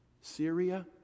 Syria